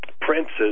princes